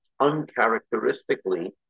uncharacteristically